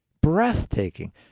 breathtaking